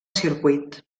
circuit